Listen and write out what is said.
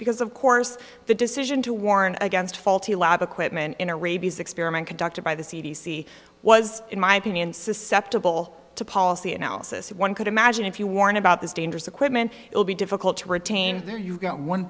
because of course the decision to warn against faulty lab equipment in a rabies experiment conducted by the c d c was in my opinion susceptible to policy analysis one could imagine if you warn about this dangerous equipment it will be difficult to retain there you've got one